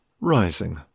rising